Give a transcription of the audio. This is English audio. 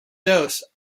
dose